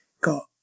got